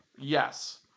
Yes